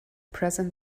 present